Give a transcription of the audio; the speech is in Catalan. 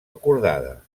acordada